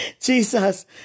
Jesus